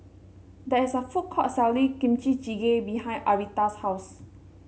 there is a food court selling Kimchi Jjigae behind Aretha's house